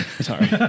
Sorry